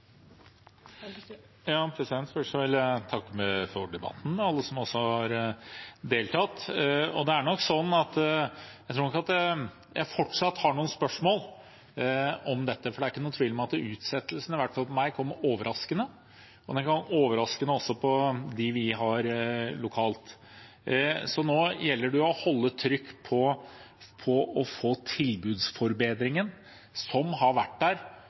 for alle som har deltatt. Jeg tror nok at jeg fortsatt har noen spørsmål om dette, for det er ikke noen tvil om at utsettelsen kom overraskende, i hvert fall på meg, og den kom overraskende også lokalt. Nå gjelder det å holde trykk på å få tilbudsforbedringen, som har vært der